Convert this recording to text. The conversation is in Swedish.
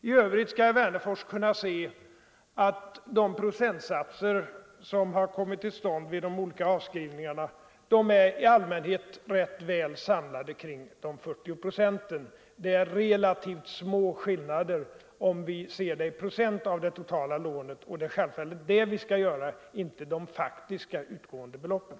I övrigt skall herr Wennerfors kunna se att procentsatserna vid de olika avskrivningarna i allmänhet är rätt väl samlade kring 40 procent. Skillnaderna är relativt små om vi ser dem i förhållande till de totala lånen; och det är självfallet det vi skall göra och inte hänga upp oss på de faktiska utgående beloppen.